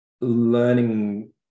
learning